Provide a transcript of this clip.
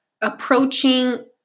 approaching